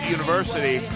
University